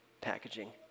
packaging